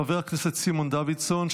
חבר הכנסת סימון דוידסון,